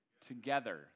Together